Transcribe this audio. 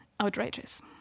outrageous